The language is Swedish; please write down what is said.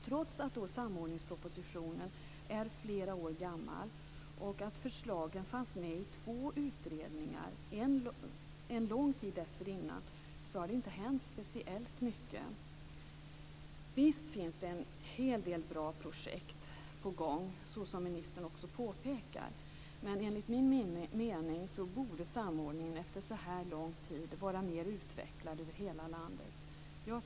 Trots att samordningspropositionen är flera år gammal och att förslagen fanns med i två utredningar en lång tid dessförinnan har det inte hänt speciellt mycket. Visst är en hel del bra projekt på gång, som ministern också påpekar, men enligt min mening borde samordningen efter så här lång tid vara mer utvecklad över hela landet.